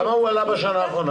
כמה הוא עלה או ירד בשנה האחרונה?